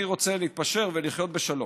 אני רוצה להתפשר ולחיות בשלום.